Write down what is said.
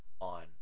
on